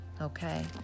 okay